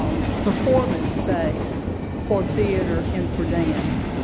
um performance space for theatre and for dance.